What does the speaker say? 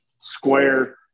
Square